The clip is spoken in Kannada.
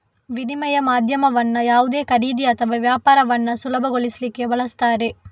ವಿನಿಮಯ ಮಾಧ್ಯಮವನ್ನ ಯಾವುದೇ ಖರೀದಿ ಅಥವಾ ವ್ಯಾಪಾರವನ್ನ ಸುಲಭಗೊಳಿಸ್ಲಿಕ್ಕೆ ಬಳಸ್ತಾರೆ